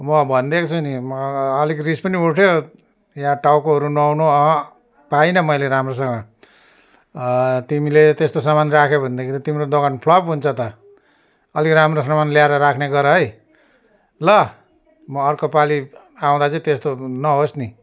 म भनिदिएको छु नि म अलिक रिस पनि उठ्यो यहाँ टाउकोहरू नुहाउनु अँह पाइनँ मैले राम्रोसँग तिमीले त्यस्तो सामान राख्यौ भनेदेखि त तिम्रो दोकान फ्लप हुन्छ त अलिक राम्रो सामान ल्याएर राख्ने गर है ल म अर्कोपालि आउँदा चाहिँ त्यस्तो नहोस् नि